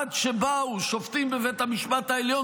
עד שבאו שופטים בבית המשפט העליון